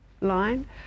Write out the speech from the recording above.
line